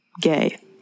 gay